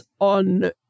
on